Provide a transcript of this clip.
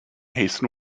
hasten